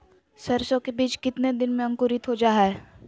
सरसो के बीज कितने दिन में अंकुरीत हो जा हाय?